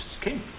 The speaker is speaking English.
skin